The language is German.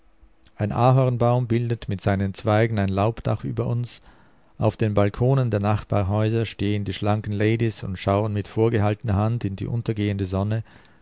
ein ahornbaum bildet mit seinen zweigen ein laubdach über uns auf den balkonen der nachbarhäuser stehen die schlanken ladies und schauen mit vorgehaltner hand in die untergehende sonne